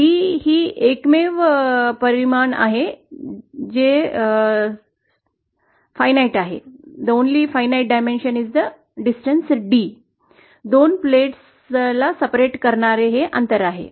D ही एकमेव परिमाण आहे दोन प्लेट्स ला विभक्त करणारे अंतर आहे